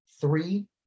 three